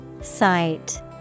Sight